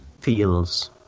feels